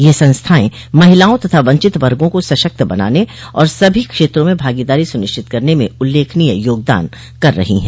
यह संस्थाए महिलाओं तथा वंचित वर्गो को सशक्त बनाने और सभी क्षेत्रों में भागीदारी सुनिश्चित करने में उल्लेखनीय योगदान कर रहो हैं